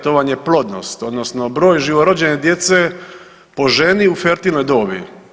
To vam je plodnost, odnosno broj živorođene djece po ženi u fertilnoj dobi.